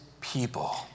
people